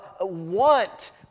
want